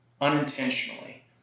unintentionally